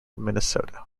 minnesota